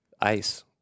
Ice